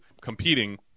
competing